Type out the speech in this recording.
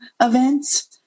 events